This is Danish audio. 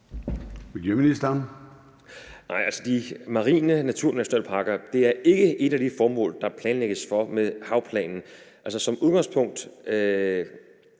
de marine naturnationalparker er ikke et af de formål, der planlægges for med havplanen.